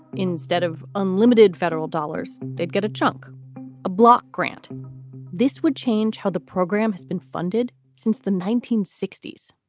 instead of unlimited federal dollars, they'd get a chunk a block grant this would change how the program has been funded since the nineteen sixty s.